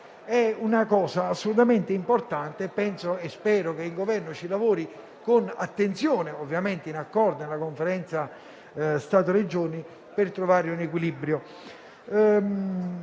è assolutamente necessaria e spero che il Governo ci lavori con attenzione, ovviamente in accordo con la Conferenza Stato-Regioni, per trovare un equilibrio.